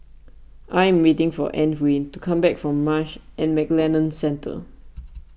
I am waiting for Antwain to come back from Marsh and McLennan Centre